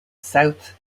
south